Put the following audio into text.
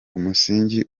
umusingi